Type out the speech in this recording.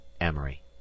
Amory